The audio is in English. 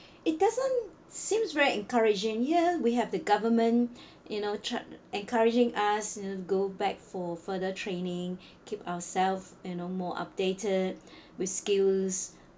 it doesn't seem very encouraging here we have the government you know char~ encouraging us to go back for further training keep ourselves you know more updated with skills